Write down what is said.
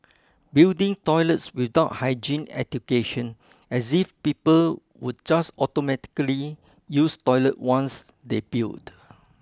building toilets without hygiene education as if people would just automatically use toilet once they built